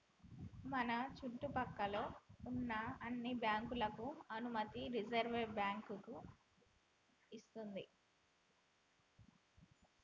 మన చుట్టు పక్కల్లో ఉన్న అన్ని బ్యాంకులకు అనుమతి రిజర్వుబ్యాంకు ఇస్తది